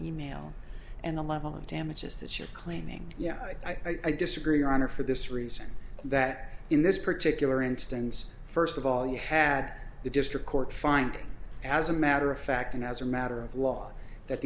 e mail and the level of damages that you're claiming yeah i disagree your honor for this reason that in this particular instance first of all you had the district court finding as a matter of fact and as a matter of law that